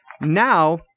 Now